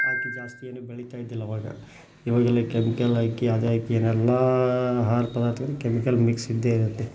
ಹಾಕಿ ಜಾಸ್ತಿ ಏನು ಬೆಳೀತಾ ಇದ್ದಿಲ್ಲ ಅವಾಗ ಇವಾಗೆಲ್ಲ ಕೆಮಿಕಲ್ ಹಾಕಿ ಅದು ಹಾಕಿ ಎಲ್ಲ ಆಹಾರ ಪದಾರ್ಥಗಳು ಕೆಮಿಕಲ್ ಮಿಕ್ಸ್ ಇದ್ದೇ ಇರುತ್ತೆ